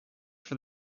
for